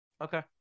Okay